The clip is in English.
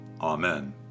Amen